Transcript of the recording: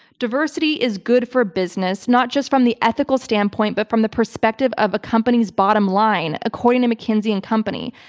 diversity is good for business not just from the ethical standpoint, but from the perspective of a company's bottom line, according to mckinsey and company.